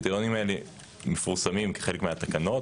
הקריטריונים האלה מפורסמים כחלק מהתקנות.